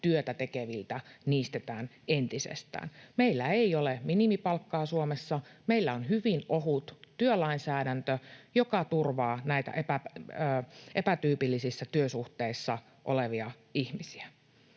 työtä tekeviltä, niistetään entisestään. Meillä ei ole minimipalkkaa Suomessa. Meillä on hyvin ohut työlainsäädäntö, joka turvaa näitä epätyypillisissä työsuhteissa olevia ihmisiä.